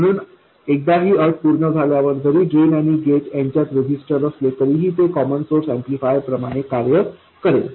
म्हणून एकदा ही अट पूर्ण झाल्यावर जरी ड्रेन आणि गेट यांच्यात रजिस्टर असेल तरी ते कॉमन सोर्स ऍम्प्लिफायर प्रमाणे कार्य करेल